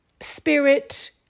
spirit